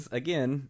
again